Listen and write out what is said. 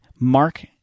Mark